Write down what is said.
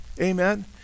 amen